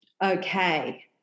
Okay